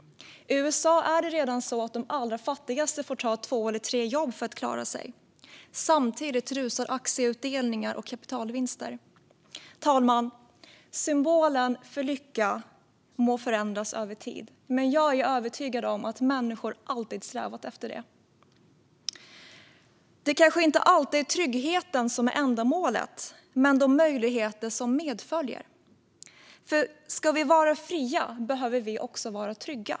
I USA är det redan så att de allra fattigaste får ta två eller tre jobb för att klara sig. Samtidigt rusar aktieutdelningar och kapitalvinster. Fru talman! Symbolen för lycka må förändras över tid, men jag är övertygad om att människor alltid strävat efter det. Det kanske inte alltid är tryggheten som är ändamålet utan de möjligheter som medföljer. Ska vi vara fria behöver vi också vara trygga.